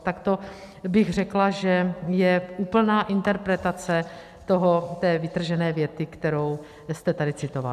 Takto bych řekla, že je úplná interpretace té vytržené věty, kterou vy jste tady citoval.